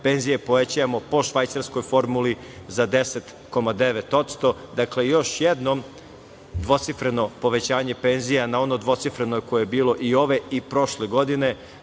penzije povećavamo po Švajcarskoj formuli za 10,9 posto i još jedno dvocifreno povećanje penzija u odnosu na ono koje je bilo i ove i prošle godine,